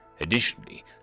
Additionally